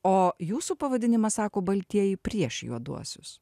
o jūsų pavadinimas sako baltieji prieš juoduosius